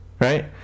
right